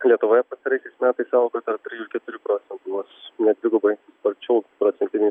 lietuvoje pastaraisiais metais augo tarp keturių procentų vos ne dvigubai sparčiau procentiniai